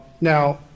Now